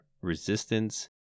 resistance